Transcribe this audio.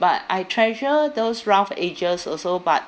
but I treasure those rough edges also but